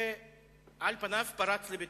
שעל פניו פרץ לביתו.